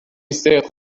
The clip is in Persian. صدق